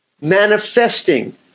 manifesting